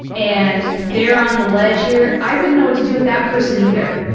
and they're on the ledge here, i wouldn't know what to do with that person either.